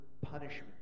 punishment